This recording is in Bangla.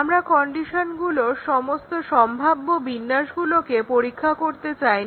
আমরা কন্ডিশনগুলোর সমস্ত সম্ভাব্য বিন্যাসগুলোকে পরীক্ষা করতে চাইনা